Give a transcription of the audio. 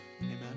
Amen